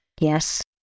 Yes